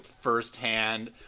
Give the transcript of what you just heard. firsthand